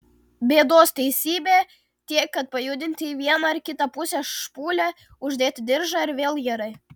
bėdos teisybė tiek kad pajudinti į vieną ir kitą pusę špūlę uždėti diržą ir vėl gerai